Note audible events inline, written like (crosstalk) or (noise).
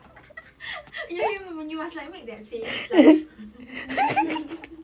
(laughs) you know you you must like make that face like mm